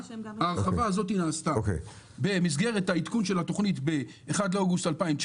ההרחבה הזאת נעשתה במסגרת עדכון התוכנית ב-1 באוגוסט 2019,